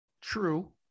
True